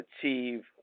achieve